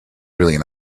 really